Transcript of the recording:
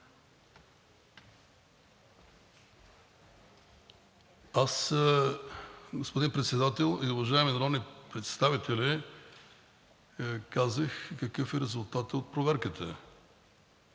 Аз, господин Председател и уважаеми народни представители, казах какъв е резултатът от проверката.